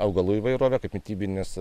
augalų įvairovė kaip mitybinis